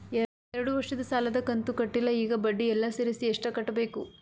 ಎರಡು ವರ್ಷದ ಸಾಲದ ಕಂತು ಕಟ್ಟಿಲ ಈಗ ಬಡ್ಡಿ ಎಲ್ಲಾ ಸೇರಿಸಿ ಎಷ್ಟ ಕಟ್ಟಬೇಕು?